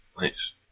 Nice